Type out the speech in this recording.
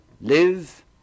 live